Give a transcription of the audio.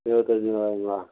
இருவத்தஞ்சு ரூபாய்ங்ளா